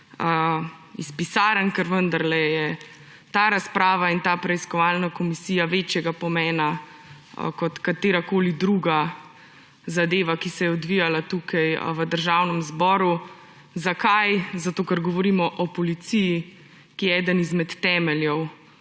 iz pisarn, ker vendarle je ta razprava in ta preiskovalna komisija večjega pomena kot katerakoli druga zadeva, ki se je odvijala v Državnem zboru. Zakaj? Ker govorimo o policiji, ki je eden izmed temeljev